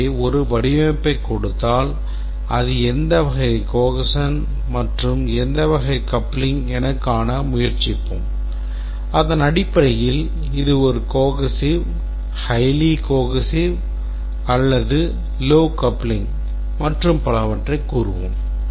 எனவே ஒரு வடிவமைப்பைக் கொடுத்தால் அது எந்த வகை cohesion மற்றும் coupling என காண முயற்சிப்போம் அதன் அடிப்படையில் இது ஒரு cohesive highly cohesive and low coupling மற்றும் பலவற்றை கூறுவோம்